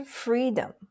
freedom